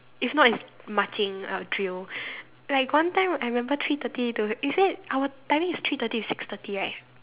if not it's marching or drill like got one time I remember three thirty to is it our timing is three thirty to six thirty right